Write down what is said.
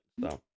so-